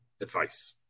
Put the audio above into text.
advice